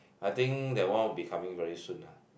I think that one will be coming very soon lah